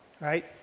right